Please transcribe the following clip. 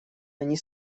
они